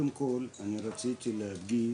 קודם כל, אני רציתי להגיד